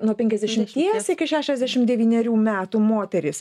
nuo penkiasdešimties iki šešiasdešim devynerių metų moterys